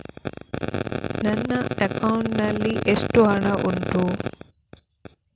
ನನ್ನ ಅಕೌಂಟ್ ನಲ್ಲಿ ಎಷ್ಟು ಹಣ ಉಂಟು?